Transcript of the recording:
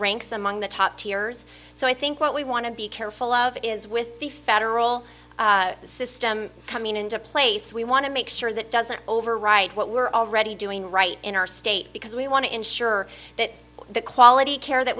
ranks among the top tiers so i think what we want to be careful of is with the federal system coming into place we want to make sure that doesn't override what we're already doing right in our state because we want to ensure that the quality of care that